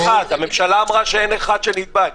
הממשלה אמרה שאין אחד שנדבק.